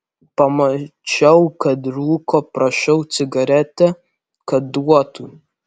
pamačiau kad rūko prašau cigaretę kad duotų